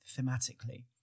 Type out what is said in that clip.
thematically